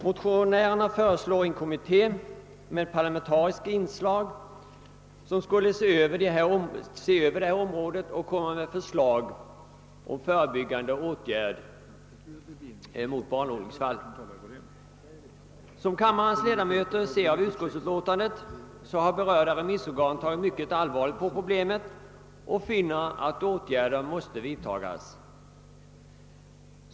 Motionärerna föreslår en kommitté med parlamentariskt inslag som skulle se över det här området och komma med förslag om förebyggande åtgärder mot barnolycksfall. Som kammarens ledamöter finner av utlåtandet har berörda remissorgan sett mycket allvarligt på problemet och anser att åtgärder måste vidtagas.